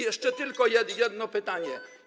Jeszcze tylko jedno pytanie.